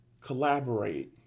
collaborate